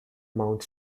mount